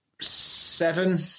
Seven